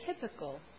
typical